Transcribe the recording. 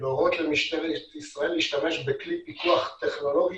להורות למשטרת ישראל להשתמש בכלי פיקוח טכנולוגי